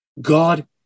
God